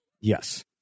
Yes